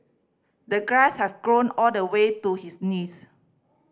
the grass have grown all the way to his knees